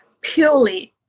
purely